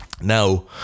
now